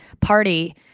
party